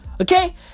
Okay